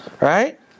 right